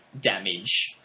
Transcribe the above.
damage